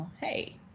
hey